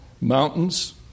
mountains